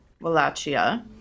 Wallachia